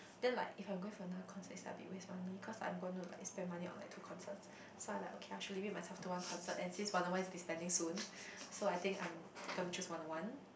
then like if I'm going for another concert it's like a bit waste money cause like I'm gonna like spend money on like two concerts so I'm like okay I should limit myself to one concert and since Wanna-One is disbanding soon so I think I'm gonna choose Wanna-One